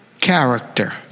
character